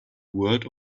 word